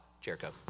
Jericho